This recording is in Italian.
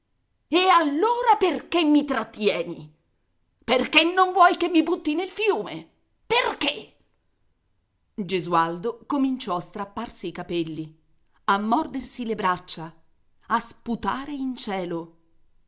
e allora perché mi trattieni perché non vuoi che mi butti nel fiume perché gesualdo cominciò a strapparsi i capelli a mordersi le braccia a sputare in cielo